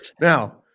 now